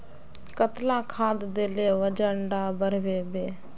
कतला खाद देले वजन डा बढ़बे बे?